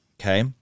Okay